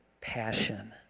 passion